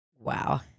Wow